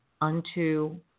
unto